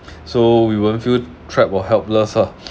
so we won't feel trapped or helpless lah